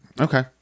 Okay